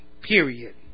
period